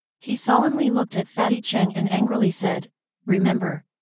he solemnly looked at fatty cheng and angrily said remember,